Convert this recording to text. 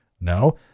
No